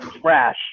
trash